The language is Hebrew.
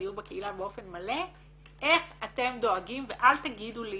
דיור בקהילה באופן מלא איך אתם דואגים ואל תגידו לי